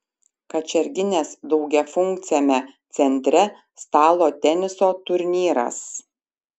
kačerginės daugiafunkciame centre stalo teniso turnyras